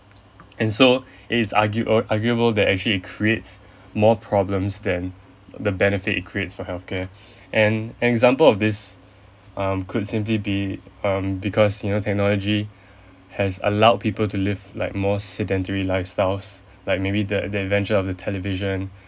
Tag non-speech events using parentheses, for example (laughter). and so it is argue~ arguable that it creates more problems than the benefit it creates for healthcare (breath) an example of this um could simply be um because you know technology has allowed people to live like more sedentary lifestyles like maybe the the adventure of the television